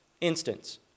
instance